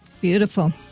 beautiful